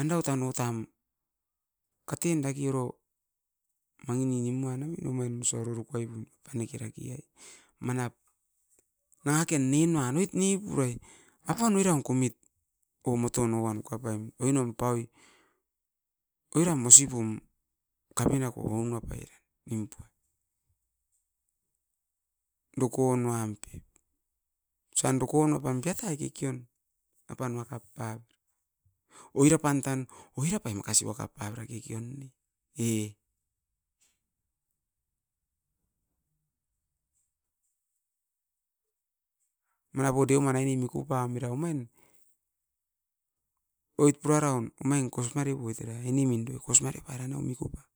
andau outan outam katen da kioro mangi ni nimuan omin omain osau rurupai pum apanike rake. Manap nanga ken nin uan oit nipurai. Apan oiran kumit, ou moton o uan okapam oinom pauit, oiram osipum kapinako ounua pai nimpum dokon uan. Osan dokon oupam biakai kikion, apan wakap pap. Oira pan tan, oira pai makasi wakap pai pa kekeon, e. Manap o deuman aine miku pam era omain? Oit pura raun, omain kos marepoit era ainemin doi kosmare pairan oi miku nai.